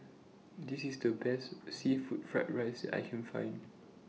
This IS The Best Seafood Fried Rice that I Can Find